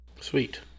sweet